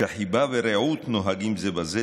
שחיבה ורעות נוהגים זה בזה,